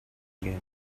again